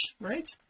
right